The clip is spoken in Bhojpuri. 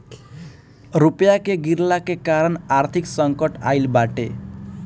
रुपया के गिरला के कारण आर्थिक संकट आईल बाटे